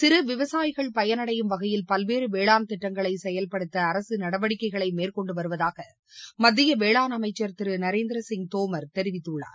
சிறு விவசாயிகள் பயனடையும் வகையில் பல்வேறு வேளாண் திட்டங்களை செயல்படுத்த அரசு நடவடிக்கைகளை மேற்கொண்டு வருவதாக மத்திய வேளாண் அமைச்சர் திரு நரேந்திரசிங் தோமர் தெரிவித்துள்ளார்